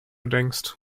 denkst